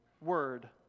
word